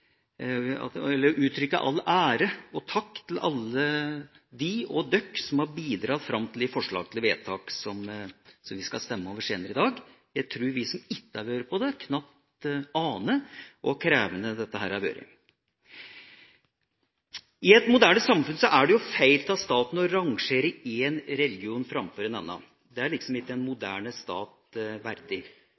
uttrykke all ære overfor og takk til alle som har bidratt til de forslag til vedtak som vi skal stemme over senere i dag. Jeg tror at vi som ikke har vært med på det, knapt aner hvor krevende dette har vært. I et moderne samfunn er det jo feil av staten å rangere én religion framfor en annen. Det er ikke en moderne stat